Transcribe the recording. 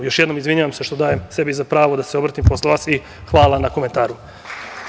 Još jednom se izvinjavam što sebi dajem za pravo da se obratim posle vas i hvala na komentaru.